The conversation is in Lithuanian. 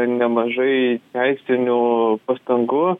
nemažai teisinių pastangų